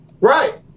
Right